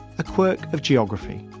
a quirk of geography.